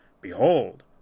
Behold